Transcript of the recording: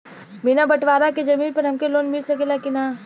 बिना बटवारा के जमीन पर हमके लोन मिल सकेला की ना?